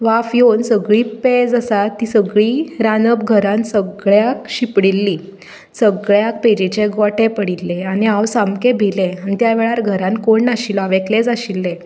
वाफ योवन सगळी पेज आसा ती सगळी रांदप घरांत सगळ्याक शिंपडिल्ली सगळ्याक पेजेचे गोटे पडिल्ले आनी हांव सामकें भिलें आनी त्या वेळार घरांत कोण नाशिल्लो हांव एकलेंच आशिल्लें